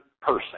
person